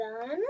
done